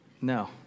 No